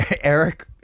Eric